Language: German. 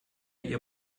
ihr